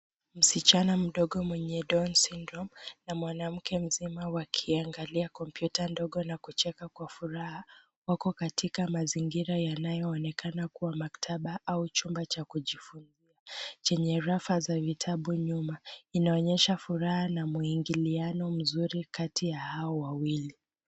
Msichana mdogo mwenye Down Syndrome na mwanamke mzima wakiangalia kompyuta ndogo na kucheka kwa furaha wako katika mazingira yanayoonekana kua maktaba au n chumba cha kijifunzia chenye rafa za vitabu nyuma. Inaonyesha furaha na mwingiliango mzuri kati ya hao wawili.